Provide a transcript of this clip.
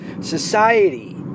society